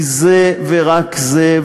כי זה ורק זה,